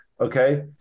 Okay